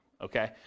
Okay